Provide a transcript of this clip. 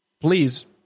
Please